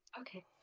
Okay